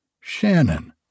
Shannon